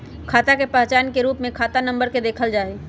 खाता के पहचान के रूप में खाता नम्बर के देखल जा हई